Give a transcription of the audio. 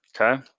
Okay